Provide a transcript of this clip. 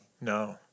No